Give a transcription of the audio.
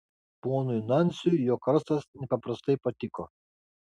ponui nansiui jo karstas nepaprastai patiko